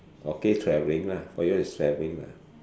okay travelling lah for you is travelling lah